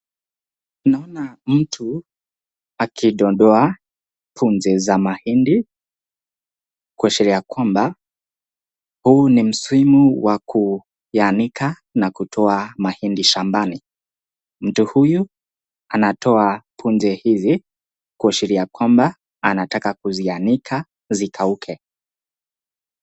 Naona mtu akidondoa za mahindi kuashiria kwamba huu ni msimu wa kuyaanika na kutoa mahindi shambani. mtu huyu anatoa hizi kuashiria kwamba anataka kuzianika zikauke.